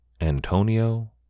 Antonio